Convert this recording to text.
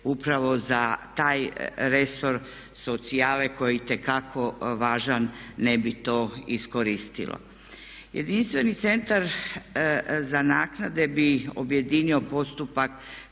upravo za taj resor socijalne koji je itekako važan ne bi to iskoristilo. Jedinstveni centar za naknade bi objedinio postupak